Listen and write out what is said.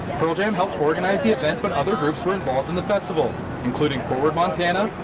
pearl jam helped organize the event but other groups were involved in the festival including forward montana,